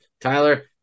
Tyler